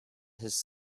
his